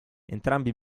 entrambi